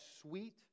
sweet